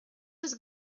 was